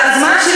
בבית-המחוקקים.